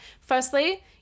Firstly